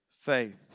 Faith